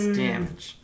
damage